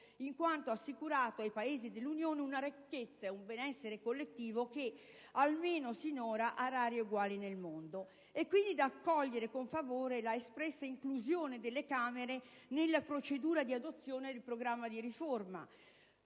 avendo assicurato ai Paesi dell'Unione una ricchezza e un benessere collettivo che, almeno sinora, ha rari eguali nel mondo. È dunque da accogliere con favore la espressa inclusione delle Camere nella procedura di adozione del Programma di riforma.